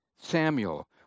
Samuel